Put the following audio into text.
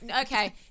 okay